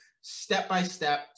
step-by-step